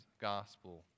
gospel